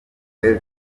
kale